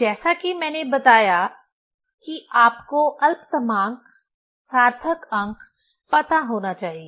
जैसा कि मैंने बताया कि आपको अल्पतमांक सार्थक अंक पता होना चाहिए